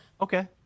okay